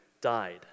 died